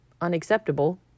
unacceptable